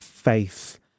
faith